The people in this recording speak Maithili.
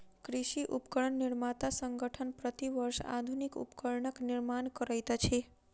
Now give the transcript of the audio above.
कृषि उपकरण निर्माता संगठन, प्रति वर्ष आधुनिक उपकरणक निर्माण करैत अछि